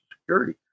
Security